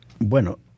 Bueno